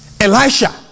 Elisha